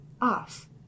off